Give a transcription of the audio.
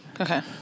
Okay